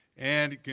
and you